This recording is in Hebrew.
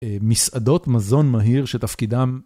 מסעדות מזון מהיר שתפקידם...